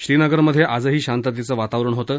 श्रीनगरमध्ये आजही शांततेचं वातावरण होतं